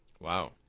Wow